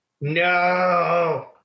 no